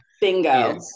Bingo